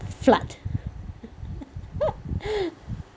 flood